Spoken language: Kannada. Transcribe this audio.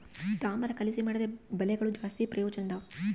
ತಾಮ್ರ ಕಲಿಸಿ ಮಾಡಿದ ಬಲೆಗಳು ಜಾಸ್ತಿ ಪ್ರಯೋಜನದವ